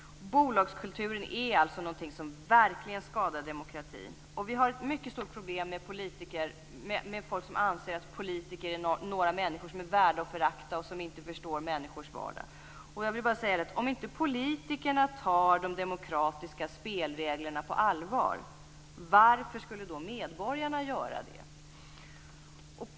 Bolagskulturen är alltså något som verkligen skadar demokratin. Vi har ett mycket stort problem med folk som anser att politiker är människor som är värda att föraktas och som inte förstår människors vardag. Om inte politikerna tar de demokratiska spelreglerna på allvar, varför skulle då medborgarna göra det?